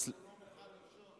רוצים שתודיע להם שאתה דוחה כי,